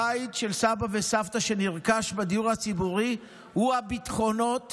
הבית של סבא וסבתא שנרכש בדיור הציבורי הוא הביטחונות